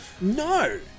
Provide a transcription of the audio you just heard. No